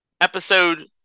Episode